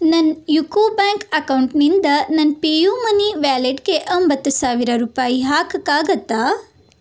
ನನ್ನ UCO bank ಅಕೌಂಟ್ನಿಂದ ನನ್ನ ಪೇಯುಮನಿ ವ್ಯಾಲೆಟ್ಗೆ ಒಂಬತ್ತು ಸಾವಿರ ರೂಪಾಯಿ ಹಾಕೋಕ್ಕಾಗತ್ತಾ